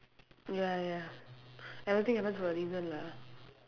ya ya everything happens for a reason lah